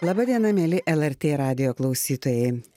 laba diena mieli lrt radijo klausytojai